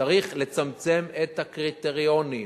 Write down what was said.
צריך לצמצם את הקריטריונים.